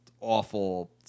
awful